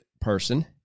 person